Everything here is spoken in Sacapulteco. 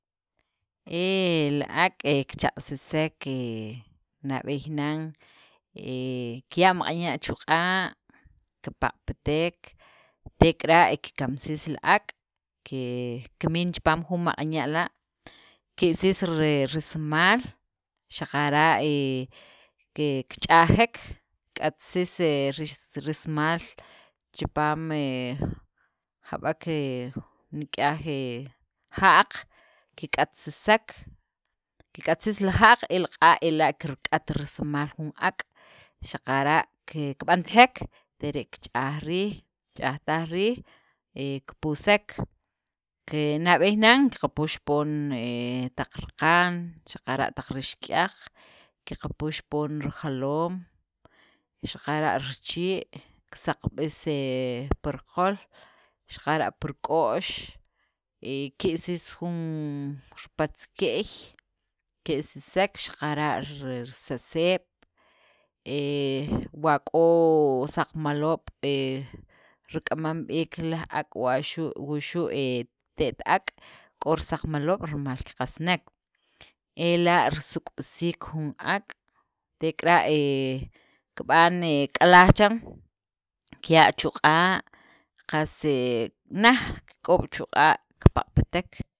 He li ak' he kichaq'sisek, he nab'eey nan he kiya' maq'an ya' chu q'a', kiaq'patek tek'ara' kikamsis li ak' kimin chipaam jun maq'an ya' la', kelsis re rismaal xaqara' he ke kich'ajek kik'atsis rismal chipaam he jab'ek he nik'yaj he ja'q, keq'atsisek, kik'atsis li ja'q, el q'a' ela' kirk'at risimal jun ak' xaqara' kib'antajek, tek'ere' kich'aj riij, kich'ajtaj riij, he kipusek ke nab'eey nan kiqupux poon he taq raqan, xaqara' taq rixk'yaq, kiqupux poon rijaloom xaqara' richii', kisaqb'is he pi riqool xaqara' pi rik'o'x, he ki'sis jun ripatzke'y, ke'sisek xaqara' risiseb', wa k' saqmaloob' he rik'amam b'iik laj ak' waxu' wuxu' he te't ak', k'o risaqmaloob' mal kiqasnek, ela' risuk'b'isiik jun ak', tek'ara' he kib'an he k'alaj chiran kiya' chu' q'a' qas he naj kik'ob' chu' q'a', kipaq'patek